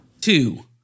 two